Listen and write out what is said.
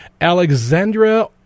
Alexandra